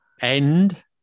end